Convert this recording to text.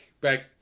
back